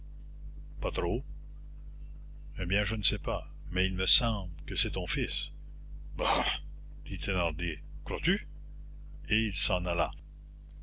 pas trop eh bien je ne sais pas mais il me semble que c'est ton fils bah dit thénardier crois-tu et il s'en alla